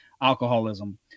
alcoholism